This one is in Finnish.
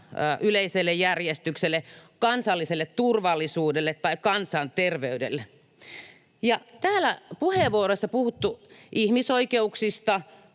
yleiselle järjestykselle, kansalliselle turvallisuudelle tai kansanterveydelle. Ja täällä puheenvuoroissa on puhuttu ihmisoikeuksista,